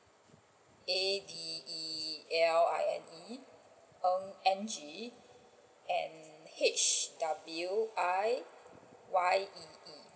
A D E L I N E ng N G and H W I Y E E